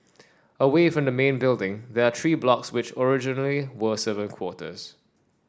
away from the main building there are three blocks which originally were servant quarters